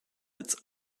its